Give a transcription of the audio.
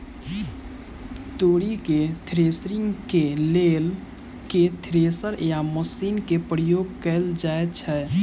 तोरी केँ थ्रेसरिंग केँ लेल केँ थ्रेसर या मशीन केँ प्रयोग कैल जाएँ छैय?